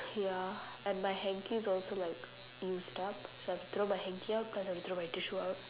ya and my hankies also like used up so I have throw my hankie out cause I'm throw my tissue out